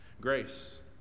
grace